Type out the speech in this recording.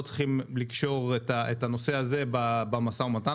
לא צריכים לקשור את הנושא הזה במשא ומתן,